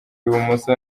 ibumoso